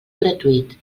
gratuït